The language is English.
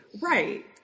Right